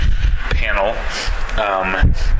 panel